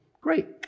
Great